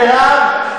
מירב,